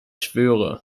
schwöre